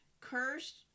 cursed